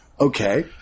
Okay